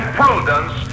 prudence